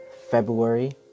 February